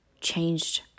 changed